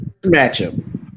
matchup